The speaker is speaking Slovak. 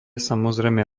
samozrejme